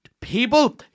people